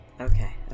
okay